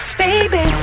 baby